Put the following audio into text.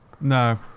No